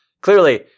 Clearly